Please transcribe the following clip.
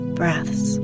breaths